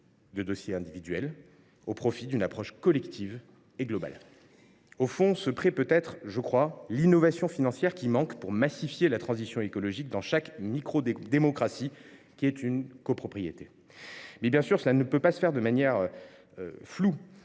de dossiers individuels, au profit d’une approche collective et globale. Au fond, ce prêt peut être, je le crois, l’innovation financière qui manque pour massifier la transition écologique dans chaque microdémocratie qu’est une copropriété. Bien sûr, cela ne peut pas se faire de manière floue,